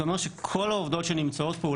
זה אומר שכל העובדות שנמצאות פה,